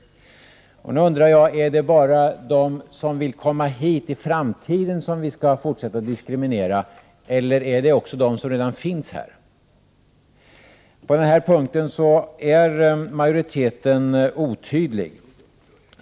Nu undrar jag om det bara är de företag som vill komma hit i framtiden som vi skall fortsätta att diskriminera eller också företag som redan finns här? På den här punkten är majoriteten otydlig.